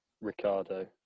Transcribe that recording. Ricardo